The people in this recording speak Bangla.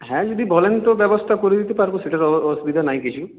হ্যাঁ যদি বলেন তো ব্যবস্থা করে দিতে পারবো সেটা তো অসুবিধা নাই কিছু